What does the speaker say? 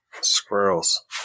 squirrels